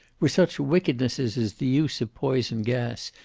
were such wickednesses as the use of poison gas,